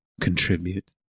contribute